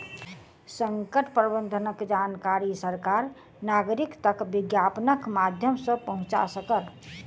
संकट प्रबंधनक जानकारी सरकार नागरिक तक विज्ञापनक माध्यम सॅ पहुंचा सकल